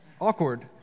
Awkward